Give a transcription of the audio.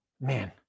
man